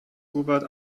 hubert